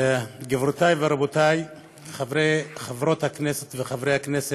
גבירותי ורבותי חברות הכנסת וחברי הכנסת,